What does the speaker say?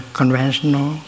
conventional